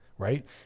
right